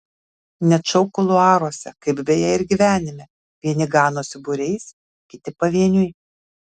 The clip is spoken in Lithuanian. net šou kuluaruose kaip beje ir gyvenime vieni ganosi būriais kiti pavieniui